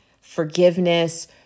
forgiveness